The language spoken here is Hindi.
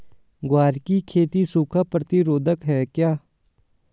ग्वार की खेती सूखा प्रतीरोधक है क्या?